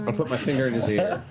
ah put my finger in his ear.